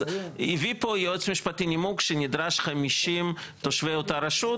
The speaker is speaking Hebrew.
אז הביא פה יועץ משפטי נימוק שנדרש 50 תושבי אותה רשות,